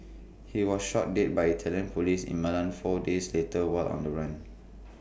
he was shot dead by Italian Police in Milan four days later while on the run